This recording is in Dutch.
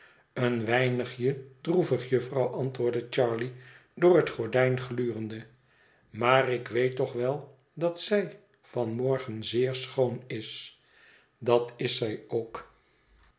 een weinigje droevig jufvrouw antwoordde charley door het gordijn glurende maar ik weet toch wel dat zij van morgen zeer schoon is dat is zij ook